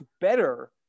better